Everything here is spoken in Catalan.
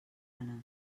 anar